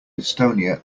estonia